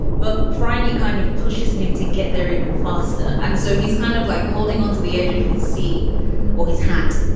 but freindly kind of pushes him to get there even faster. and so he's kind of like holding onto the edge of his seat or his hat.